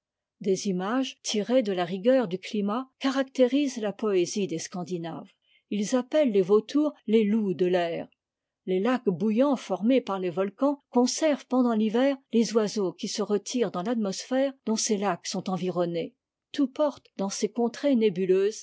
des images tirées de la rigueur du climat caractérisent la poésie des scandinaves ils appellent les vautours les loups de l'air les lacs bouillants formés par les volcans conservent pendant l'hiver les oiseaux qui se retirent dans l'atmosphère dont ces lacs sont environnés tout porte dans ces contrées nébuleuses